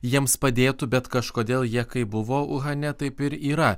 jiems padėtų bet kažkodėl jie kaip buvo uhane taip ir yra